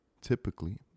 Typically